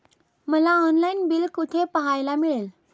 मला online bill कुठे पाहायला मिळेल?